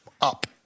up